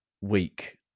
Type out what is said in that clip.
weak